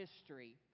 history